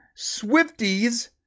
Swifties